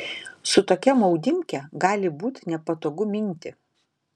su tokia maudymke gali būt nepatogu minti